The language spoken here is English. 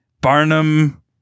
Barnum